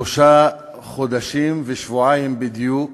שלושה חודשים ושבועיים בדיוק